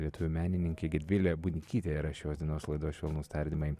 lietuvių menininkė gedvilė bunikytė yra šios dienos laida švelnūs tardymai